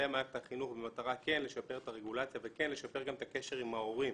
למערכת החינוך במטרה כן לשפר את הרגולציה וכן לשפר גם את הקשר עם ההורים